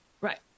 Right